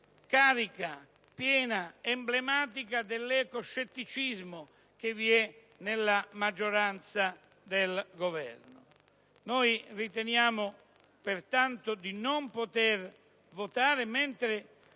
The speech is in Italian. carica, piena, emblematica dell'ecoscetticismo che vi è nella maggioranza e nel Governo. Pensiamo pertanto di non poterla votare, mentre